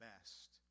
best